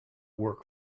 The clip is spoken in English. work